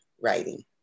writing